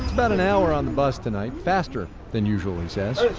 about an hour on the bus tonight. faster than usual, he says. a